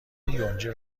یونجه